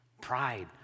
Pride